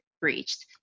breached